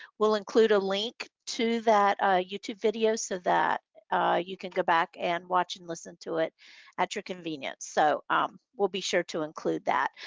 we'll include a link to that youtube video so that you can go back and watch and listen to it at your convenience. so um we'll be sure to include that.